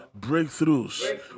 breakthroughs